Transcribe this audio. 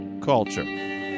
Culture